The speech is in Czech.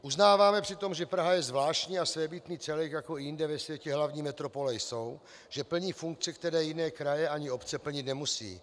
Uznáváme přitom, že Praha je zvláštní a svébytný celek, jako i jinde ve světě hlavní metropole jsou, že plní funkce, které jiné kraje ani obce plnit nemusí.